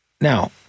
Now